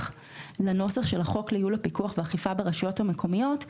לנוסח החוק לייעול הפיקוח והאכיפה ברשויות המקומיות,